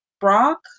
Brock